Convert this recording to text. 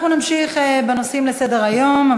אנחנו נמשיך בנושאים שעל סדר-היום.